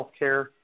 healthcare